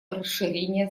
расширения